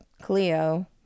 Cleo